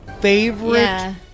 favorite